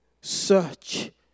Search